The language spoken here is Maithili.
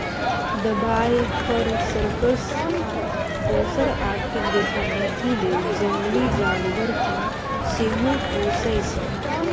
दबाइ, फर, सर्कस आ दोसर आर्थिक गतिबिधि लेल जंगली जानबर केँ सेहो पोसय छै